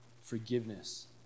Forgiveness